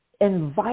Invite